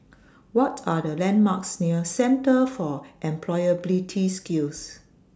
What Are The landmarks near Centre For Employability Skills